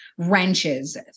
wrenches